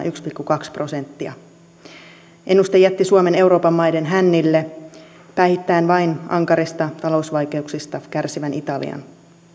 yksi pilkku kaksi prosenttia ennuste jätti suomen euroopan maiden hännille päihittäen vain ankarista talousvaikeuksista kärsivän italian